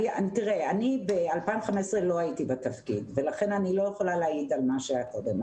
אני ב-2015 לא הייתי בתפקיד ולכן אני לא יכולה להעיד על מה שהיה קודם.